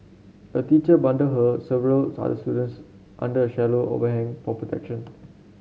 a teacher bundled her several students under a shallow overhang protection